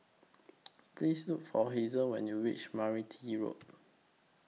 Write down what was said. Please Look For Hazle when YOU REACH Meranti Road